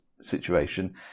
situation